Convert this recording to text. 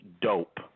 dope